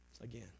Again